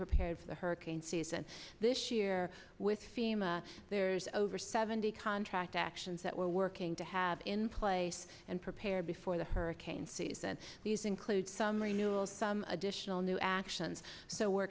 prepared for the hurricane season this year with fema there's over seventy contract actions that we're working to have in place and prepared for the hurricane season these include some renewal some additional new actions so we're